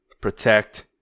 protect